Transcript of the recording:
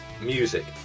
Music